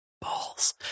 balls